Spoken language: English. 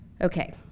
Okay